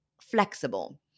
flexible